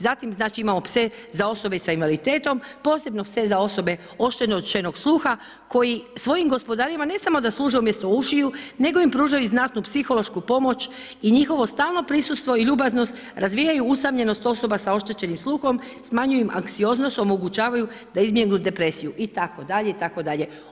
Zatim znači imamo pse za osobe sa invaliditetom, posebno pse za osobe oštećenog sluha koji svojim gospodarima ne samo da služe umjesto ušiju nego im pružaju i znatnu psihološku pomoć i njihovo stalno prisustvo i ljubaznost, razvijaju usamljenost osoba sa oštećenim sluhom, smanjuju im anksioznost, omogućavaju da izbjegnu depresiju itd., itd.